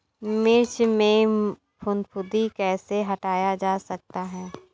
मिर्च में फफूंदी कैसे हटाया जा सकता है?